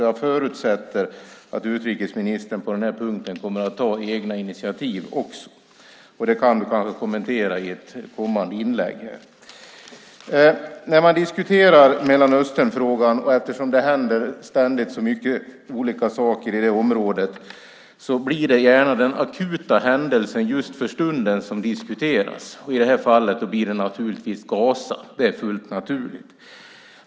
Jag förutsätter att utrikesministern på den här punkten kommer att ta egna initiativ också. Det kan han kanske kommentera i ett kommande inlägg. När man diskuterar Mellanösternfrågan blir det gärna den akuta händelsen just för stunden som diskuteras, eftersom det ständigt händer så mycket olika saker i det området. I det här fallet blir det naturligtvis Gaza. Det är fullt naturligt.